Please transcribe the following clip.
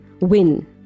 win